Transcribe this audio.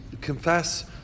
confess